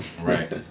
Right